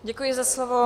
Děkuji za slovo.